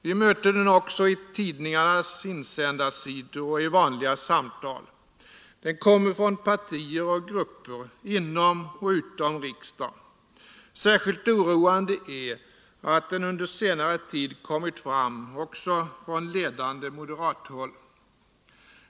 Vi möter den också på tidningarnas insändarsidor och i vanliga samtal. Den kommer från partier och grupper inom och utom riksdagen. Särskilt oroande är att den under senare tid kommit fram också från ledande moderathåll.